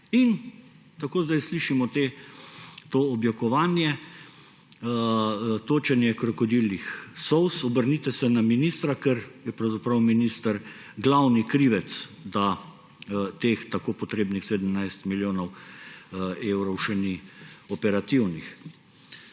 Tako zdaj slišimo to objokovanje, točenje krokodiljih solz. Obrnite se na ministra, ker je pravzaprav minister glavni krivec, da teh tako potrebnih 17 milijonov evrov še ni operativnih.